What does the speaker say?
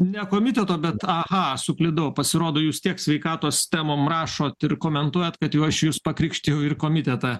ne komiteto bet aha suklydau pasirodo jūs tiek sveikatos temom rašot ir komentuojat kad juo aš jus pakrikštijau ir komitetą